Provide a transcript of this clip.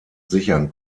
sichern